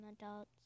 adults